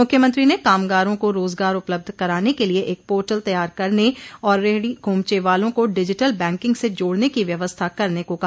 मुख्यमंत्री ने कामगारों को रोजगार उपलब्ध कराने के लिए एक पोर्टल तैयार करने और रेहड़ी खोमचे वालों को डिजिटल बैंकिंग से जोड़ने की व्यवस्था करने को कहा